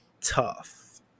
tough